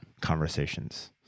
conversations